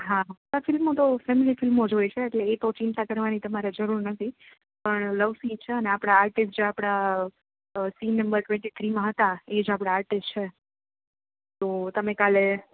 હા આ ફિલ્મો તો ફિલ્મની ફિલ્મો જ હોય છે એટલે એ તો ચિંતા કરવાની તમારે જરૂર નથી પણ લવ સીન છે અને આપળે આર્ટિસ્ટ જે આપળા સીન નંબર ટવેન્ટી થ્રીમાં હતા એજ આપળા આર્ટિસ્ટ છે તો તમે કાલે